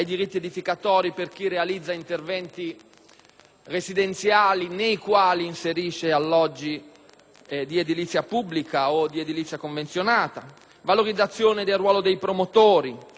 residenziali nei quali inserisce alloggi di edilizia pubblica o di edilizia convenzionata, valorizzazione del ruolo dei promotori, costituzione di fondi dedicati